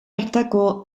hartako